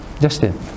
Justin